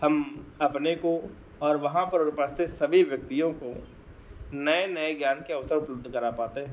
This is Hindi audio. हम अपने को और वहाँ पर उपस्थित सभी व्यक्तियों को नए नए ज्ञान के अवसर उपलब्ध करा पाते हैं